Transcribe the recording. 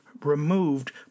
removed